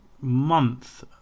month